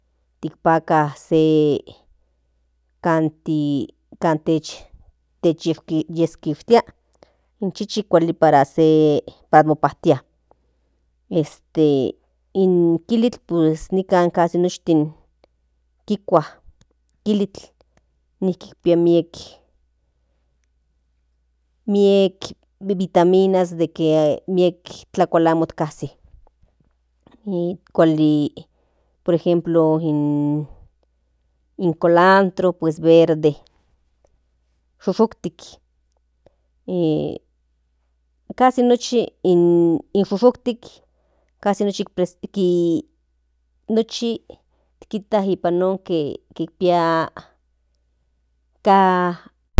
Tikpaka se kantichyiskishtia nijki kuali para se momapajtia in kilitl nikan kasi noshtin kikua kilitil nijki pia miek vitaminas de que miek tlakual amo kasi kuali por ejemplo in colantro verde shushuktik casi nochi in shushuktik casi nochi kita nipa nonke ki pia ka.